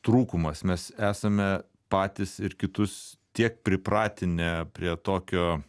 trūkumas mes esame patys ir kitus tiek pripratinę prie tokio